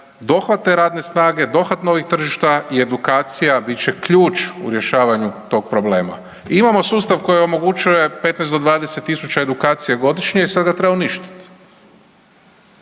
dohvat te radne snage, dohvat novih tržišta i edukacija bit će ključ u rješavanju tog problema. Imamo sustav koji omogućuje 15 do 20.000 edukacija godišnje i sad ga treba uništiti.